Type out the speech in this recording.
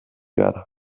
gara